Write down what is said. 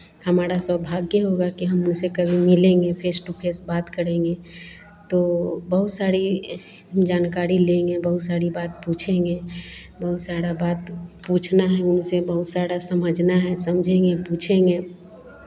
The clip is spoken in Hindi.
हमारा सौभाग्य होगा कि हम उनसे कभी मिलेंगे फेस टू फेस बात करेंगे तो बहुत सारी जानकारी लेंगे बहुत सारी बात पूछेंगे बहुत सारा बात पूछना है उनसे बहुत सारा समझना है समझेंगे पूछेंगे